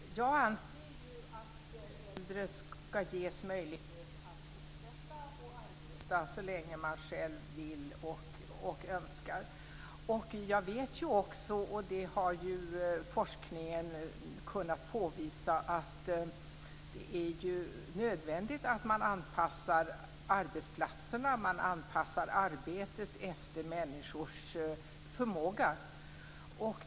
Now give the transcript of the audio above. Herr talman! Jag anser ju att äldre ska ges möjlighet att fortsätta arbeta så länge de själva vill och önskar. Jag vet också, och det har forskningen kunnat påvisa, att det är nödvändigt att man anpassar arbetsplatserna och arbetet efter människors förmåga.